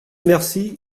merci